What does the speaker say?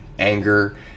anger